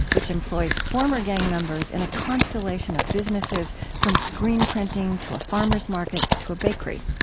which employs former gang members in a constellation of businesses from screen printing to a farmers market to a bakery.